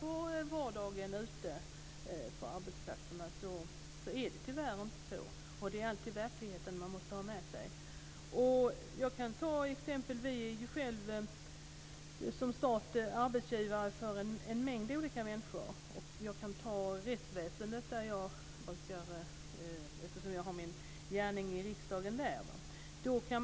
Men vardagen ute på arbetsplatserna är tyvärr inte sådan, och det är alltid verkligheten som man måste ha med sig. Staten är arbetsgivare för en mängd olika människor. Jag kan nämna rättsväsendet eftersom jag har min gärning i riksdagen inom det området.